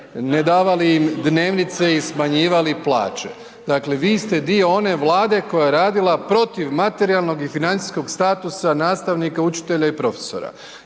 ne davali im dnevnice i smanjivali plaće. Dakle, vi ste dio one vlade koje je radila protiv materijalnog i financijskog statusa nastavnika, učitelja i profesora